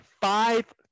five